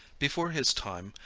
before his time,